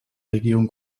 regierung